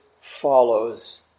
follows